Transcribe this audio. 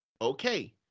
okay